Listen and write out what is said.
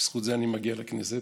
בזכות זה אני מגיע לכנסת,